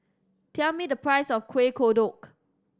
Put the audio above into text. tell me the price of Kuih Kodok